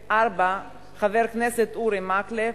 4. חבר הכנסת אורי מקלב,